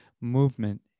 movement